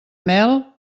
mel